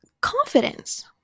Confidence